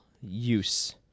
use